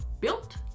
built